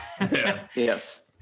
yes